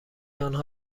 آنها